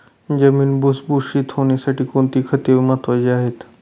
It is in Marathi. जमीन भुसभुशीत होण्यासाठी कोणती खते महत्वाची आहेत?